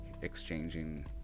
exchanging